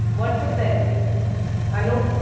what could that be anu?